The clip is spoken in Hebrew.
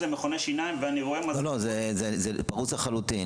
זה פרוץ לחלוטין.